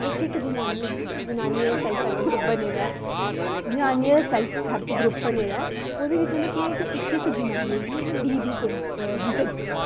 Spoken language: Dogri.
इक इक जनानियें गी जनानियें दा सेल्फ सेल्फ हैल्प ग्रुप बने दा ऐ जनानियें दा सेल्फ सेल्फ हैल्प ग्रुप बने दा ऐ ओह्दे बिच्च उ'नें केह् ऐ कि इक इक जनानियें गी उ'नें बीह् बीह् फुल्ल बूह्टे दित्ते